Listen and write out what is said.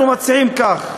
אנחנו מציעים כך,